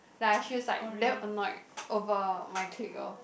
like I feels like damn annoyed over my clique orh